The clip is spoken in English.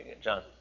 John